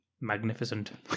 Magnificent